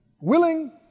Willing